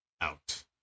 out